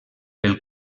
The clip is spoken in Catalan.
pel